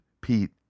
Pete